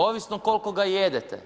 Ovisno koliko ga jedete.